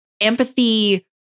empathy